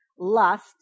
lust